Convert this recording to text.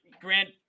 Grant